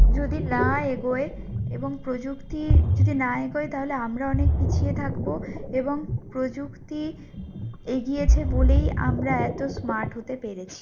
যদি না এগোয় এবং প্রযুক্তির যদি না এগোয় তাহলে আমরা অনেক পিছিয়ে থাকবো এবং প্রযুক্তি এগিয়েছে বলেই আমরা এত স্মার্ট হতে পেরেছি